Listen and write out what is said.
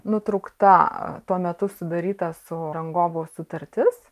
nutraukta tuo metu sudaryta su rangovu sutartis